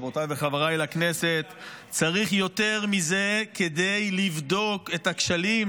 חברותיי וחבריי לכנסת: צריך יותר מזה כדי לבדוק את הכשלים?